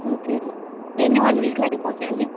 okay ఇవన్నీ one వీక్లో అయిపోతాయా అండి